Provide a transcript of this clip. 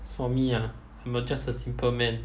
for me ah I'm a just a simple man